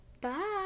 Bye